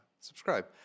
Subscribe